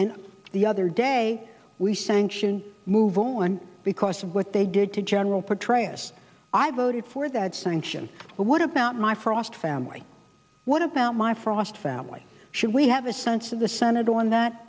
and the other day we sanction move on because of what they did to general petraeus i voted for that sanction but what about my frost family what about my frost family should we have a sense of the senator on that